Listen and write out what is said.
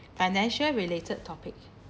financial related topic